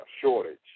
shortage